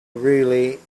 really